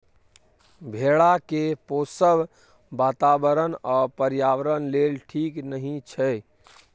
भेड़ा केँ पोसब बाताबरण आ पर्यावरण लेल ठीक नहि छै